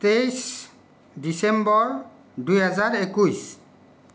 তেইছ ডিচেম্বৰ দুই হেজাৰ একৈছ